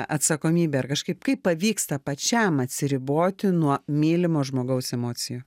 atsakomybė ar kažkaip kaip pavyksta pačiam atsiriboti nuo mylimo žmogaus emocijų